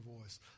voice